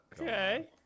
Okay